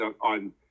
on